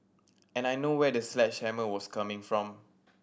and I know where the sledgehammer was coming from